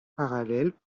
parallèle